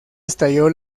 estalló